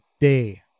day